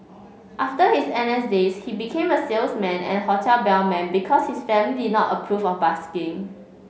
after his N S days he became a salesman and hotel bellman because his family did not approve of busking